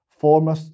former